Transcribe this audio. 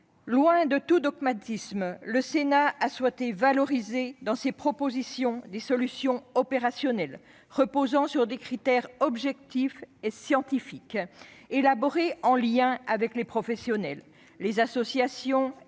Loin de tout dogmatisme, le Sénat a souhaité valoriser dans ses propositions des solutions opérationnelles reposant sur des critères objectifs et scientifiques élaborés en lien avec les professionnels, les associations et